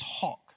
talk